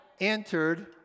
entered